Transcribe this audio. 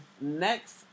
next